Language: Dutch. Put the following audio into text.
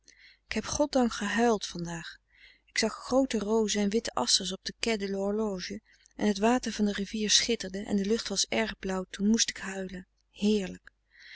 ik heb goddank gehuild vandaag ik zag groote rose en witte asters op de quai de l'horloge en het water van de rivier schitterde en de lucht was erg blauw toen moest ik huilen heerlijk